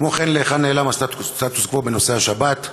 כמו כן, לאן נעלם הסטטוס-קוו בנושא השבת?